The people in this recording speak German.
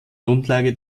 grundlage